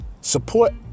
Support